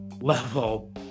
level